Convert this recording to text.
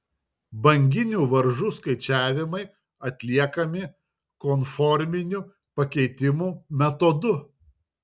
banginių varžų skaičiavimai atliekami konforminių pakeitimų metodu